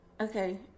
Okay